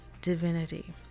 divinity